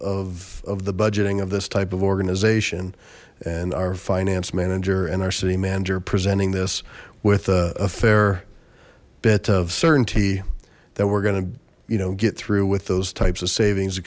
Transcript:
the budgeting of this type of organization and our finance manager and our city manager presenting this with a fair bit of certainty that we're going to you know get through with those types of savings